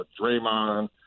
Draymond